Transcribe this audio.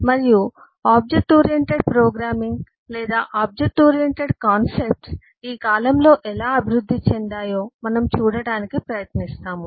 మరియు OOP object oriented programming లేదా object oriented concepts ఈ కాలంలో ఎలా అభివృద్ధి చెందాయి మనము చూడటానికి ప్రయత్నిస్తాము